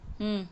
hmm